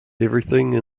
everything